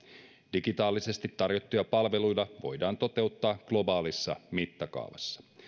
digitaalisesti tarjottuja palveluita voidaan toteuttaa globaalissa mittakaavassa